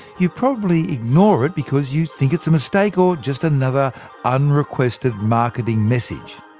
you probably ignore it because you think it's a mistake, or just another unrequested marketing message.